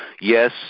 Yes